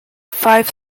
fife